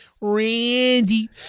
Randy